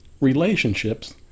relationships